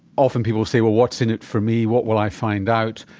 often people say, well, what's in it for me, what will i find out?